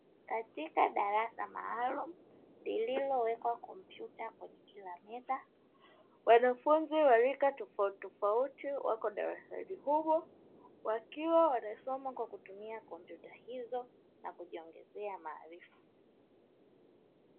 Katika darasa maalumu lililowekwa kompyuta kwenye kila meza, wanafunzi wa rika tofautitofauti wako darasani humo, wakiwa wanasoma kwa kutumia kompyuta hizo na kujiongezea maarifa.